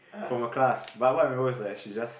from her class but what I remember was that she just